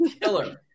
Killer